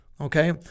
Okay